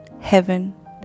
Heaven